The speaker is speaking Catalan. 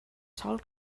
sol